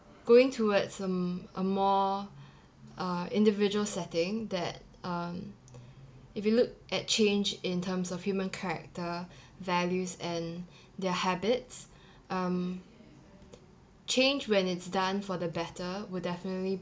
going towards a m~ a more uh individual setting that um if you look at change in terms of human character values and their habits um change when it's done for the better will definitely